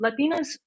latinas